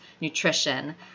nutrition